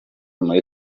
muri